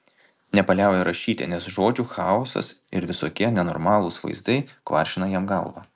nepaliauja rašyti nes žodžių chaosas ir visokie nenormalūs vaizdai kvaršina jam galvą